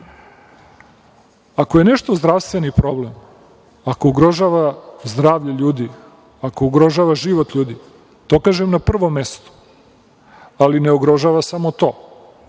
Ako je nešto zdravstveni problem, ako ugrožava zdravlje ljudi, ako ugrožava život ljudi, to kažem na prvom mestu, ali ne ugrožava samo to,